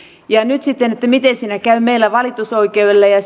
siinä nyt sitten käy meillä valitusoikeudelle ja ja